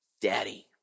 Daddy